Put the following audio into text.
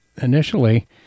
initially